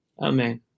Amen